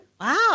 Wow